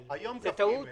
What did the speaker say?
אני מקווה